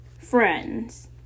Friends